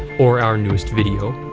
or our newest video,